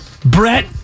Brett